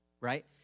right